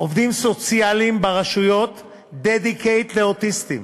עובדים סוציאליים ברשויות dedicated לאוטיסטים.